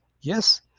yes